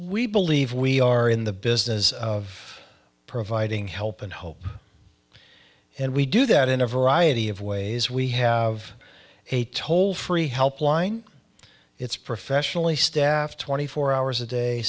we believe we are in the business of providing help and hope and we do that in a variety of ways we have a toll free help lying it's professionally staffed twenty four hours a day